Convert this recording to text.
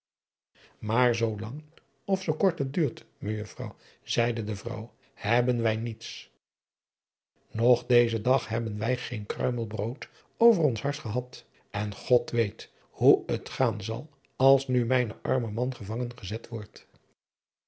maar zoo lang of zoo kort het duurt mejuffrouw zeide de vrouw hebben wij niets nog dezen dag hebben wij geen kruimel brood over ons hart gehad en god weet hoe het gaan zal als nu mijn arme man gevangen gezet wordt